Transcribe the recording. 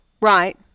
Right